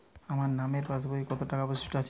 আমার নামের পাসবইতে কত টাকা অবশিষ্ট আছে?